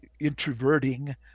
introverting